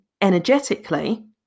energetically